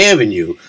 Avenue